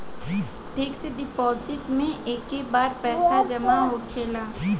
fix deposit मे एके बार पैसा जामा होखेला